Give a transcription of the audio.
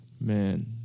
Man